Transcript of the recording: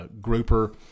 grouper